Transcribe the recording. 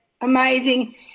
amazing